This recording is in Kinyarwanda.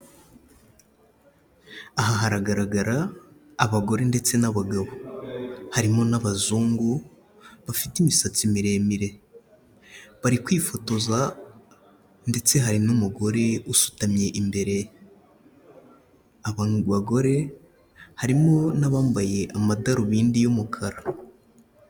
Aha haragaragara abagore ndetse n'abagabo harimo n'abazungu bafite imisatsi miremire, bari kwifotoza ndetse hari n'umugore usutamye imbere, abo bagore harimo n'abambaye amadarubindi y'umukara.